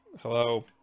Hello